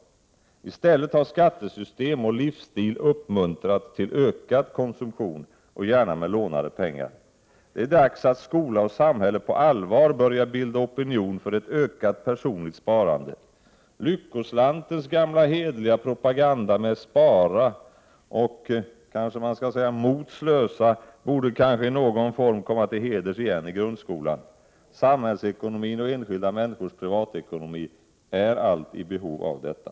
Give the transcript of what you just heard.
I stället har skattesystem och livsstil uppmuntrat till ökad konsumtion, gärna med lånade pengar. Det är dags att skola och samhälle på allvar börjar bilda opinion för ett ökat personligt sparande. Lyckoslantens gamla hederliga propaganda med Spara och — kanske man skall säga — mot Slösa borde kanske i någon form komma till heders igen i grundskolan. Samhällsekonomin och enskilda människors privatekonomi är allt i behov av detta.